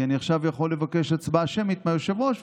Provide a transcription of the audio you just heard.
כי אני עכשיו יכול לבקש הצבעה שמית מהיושב-ראש,